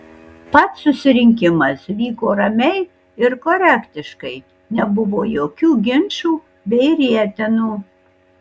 pats susirinkimas vyko ramiai ir korektiškai nebuvo jokių ginčų bei rietenų